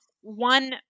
one